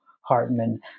Hartman